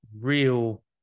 real